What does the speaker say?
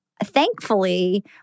Thankfully